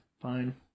fine